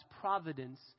providence